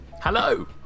Hello